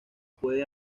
puede